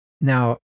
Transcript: Now